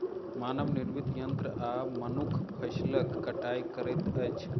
मानव निर्मित यंत्र आ मनुख फसिलक कटाई करैत अछि